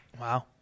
Wow